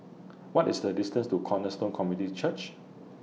What IS The distance to Cornerstone Community Church